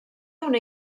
una